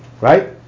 Right